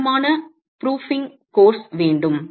ஈரமான proofing course வேண்டும்